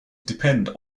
depend